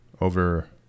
over